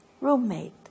Roommate